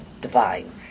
divine